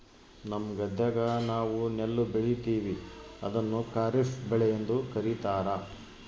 ನಮ್ಮ ಗದ್ದೆಗ ನಾವು ನೆಲ್ಲು ಬೆಳೀತೀವಿ, ಅದನ್ನು ಖಾರಿಫ್ ಬೆಳೆಯೆಂದು ಕರಿತಾರಾ